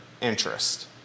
interest